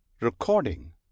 Recording